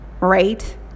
right